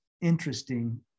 interesting